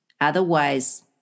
otherwise